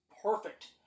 perfect